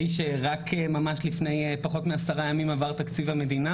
שרק ממש לפני פחות מעשרה ימים עבר תקציב המדינה,